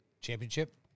Championship